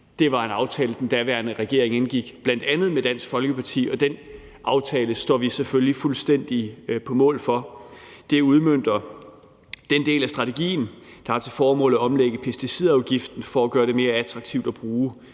var en aftale, den daværende regering indgik med bl.a. Dansk Folkeparti, og den aftale står vi selvfølgelig fuldstændig på mål for. Det udmønter den del af strategien, der har til formål at omlægge pesticidafgiften for at gøre det mere attraktivt at bruge